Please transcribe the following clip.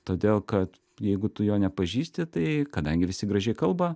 todėl kad jeigu tu jo nepažįsti tai kadangi visi gražiai kalba